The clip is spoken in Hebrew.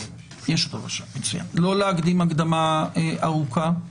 להקדים הקדמה ארוכה,